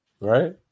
Right